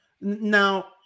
Now